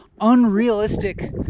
unrealistic